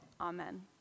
Amen